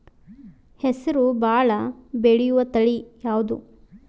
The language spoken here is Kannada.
ಹೆಸರು ಭಾಳ ಬೆಳೆಯುವತಳಿ ಯಾವದು?